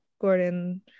Gordon